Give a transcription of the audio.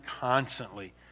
constantly